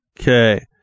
Okay